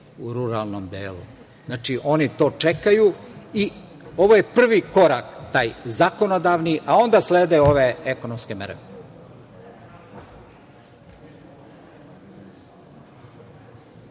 u ruralnom delu. Oni to čekaju i ovo je prvi korak, taj zakonodavni, a onda slede ove ekonomske mere.